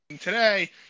today